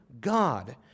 God